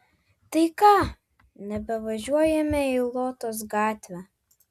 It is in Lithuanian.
tai ką nebevažiuojame į lotos gatvę